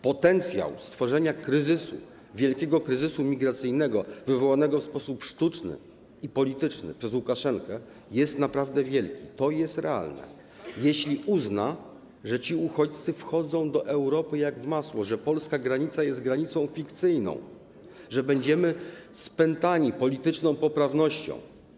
Potencjał stworzenia wielkiego kryzysu migracyjnego wywołanego w sposób sztuczny i polityczny przez Łukaszenkę jest naprawdę wielki, to jest realne, jeśli uzna on, że ci uchodźcy wchodzą do Europy jak w masło, że Polska granica jest granicą fikcyjną, że będziemy spętani polityczną poprawnością.